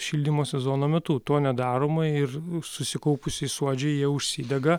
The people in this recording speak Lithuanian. šildymo sezono metu to nedaroma ir susikaupusi suodžiai jie užsidega